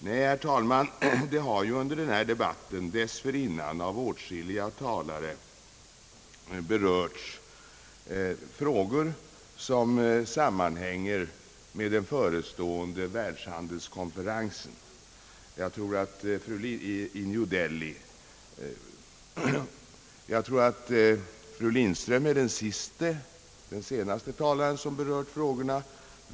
Nej, herr talman, det har under denna debatt dessförinnan av åtskilliga talare berörts frågor, som sammanhänger med den förestående världshandelskonferensen i New Delhi. Jag tror att fru Lindström var den senaste talaren som berörde dessa frågor.